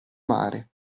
mare